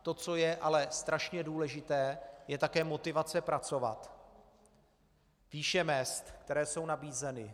To, co je ale strašně důležité, je také motivace pracovat, výše mezd, které jsou nabízeny.